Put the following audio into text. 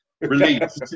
release